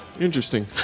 Interesting